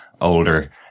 older